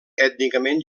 ètnicament